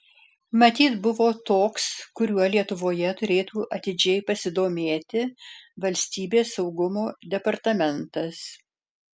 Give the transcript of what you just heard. matyt buvo toks kuriuo lietuvoje turėtų atidžiai pasidomėti valstybės saugumo departamentas